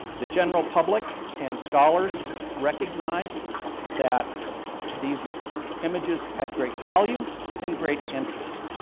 the general public and scholars recognized that these images had great value and great interest.